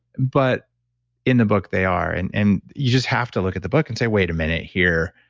but in the book, they are and and you just have to look at the book and say, wait a minute here.